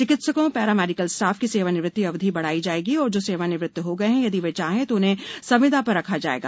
चिकित्सकों paramedical staff की सेवानिवृत्ति अवधि बढ़ाई जाएगी और जो सेवानिवृत्त हो गए हैं यदि वे चाहें तो उन्हें संविदा पर रखा जाएगा